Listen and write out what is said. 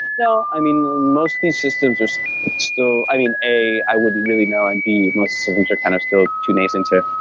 no. i mean, most of these systems are so still i mean a, i wouldn't really know. and b, most systems are kind of still too nascent to,